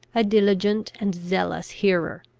a diligent and zealous hearer,